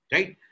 Right